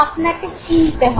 আপনাকে চিনতে হবে